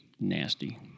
nasty